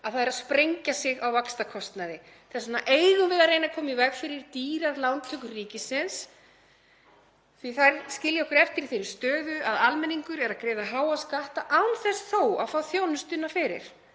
að það er að sprengja sig á vaxtakostnaði. Þess vegna eigum við að reyna að koma í veg fyrir dýrar lántökur ríkisins því þær skilja okkur eftir í þeirri stöðu að almenningur er að greiða háa skatta án þess þó að fá þjónustuna fyrir,